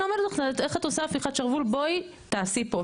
נלמד אותך איך את עושה הפיכת שרוול, בואי תעשה פה.